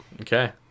okay